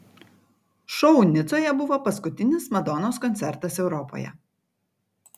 šou nicoje buvo paskutinis madonos koncertas europoje